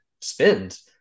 spend